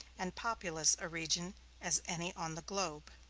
and populous a region as any on the globe.